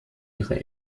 ihre